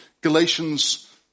Galatians